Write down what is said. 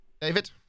David